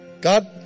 God